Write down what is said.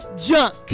junk